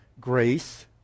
grace